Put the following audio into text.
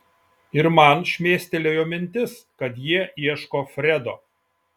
ir man šmėstelėjo mintis kad jie ieško fredo